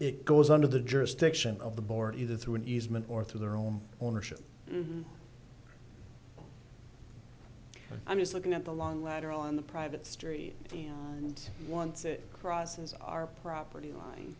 it goes under the jurisdiction of the board either through an easement or through their own ownership i'm just looking at the long ladder on the private street and once it crosses our property line